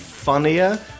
funnier